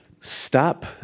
Stop